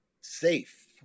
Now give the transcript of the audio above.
safe